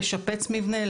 לשפץ מבנה,